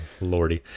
lordy